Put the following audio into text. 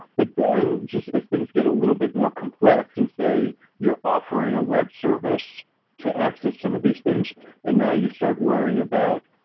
but then just as things get a little bit more complex and say you're offering a web service to access some of these things and now you start worrying about,